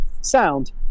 sound